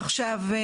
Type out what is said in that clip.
עכשיו,